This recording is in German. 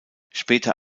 später